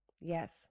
Yes